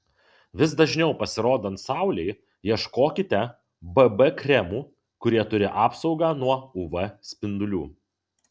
vis dažniau pasirodant saulei ieškokite bb kremų kurie turi apsaugą nuo uv spindulių